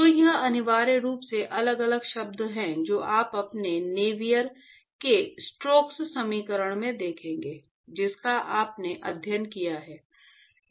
तो यह अनिवार्य रूप से अलग अलग शब्द हैं जो आप अपने नेवियर के स्टोक्स समीकरण में देखेंगे जिसका आपने अध्ययन किया था